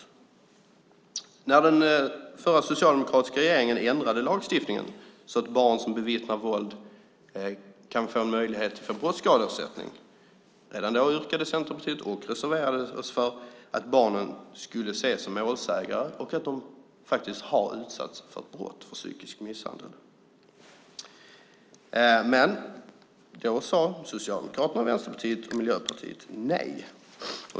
Redan när den förra socialdemokratiska regeringen ändrade lagstiftningen så att barn som bevittnar våld kan få en möjlighet till brottsskadeersättning yrkade vi i Centerpartiet och reserverade oss för att barn skulle ses som målsägande som faktiskt har utsatts för brott - psykisk misshandel. Då sade Socialdemokraterna, Vänsterpartiet och Miljöpartiet nej.